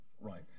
right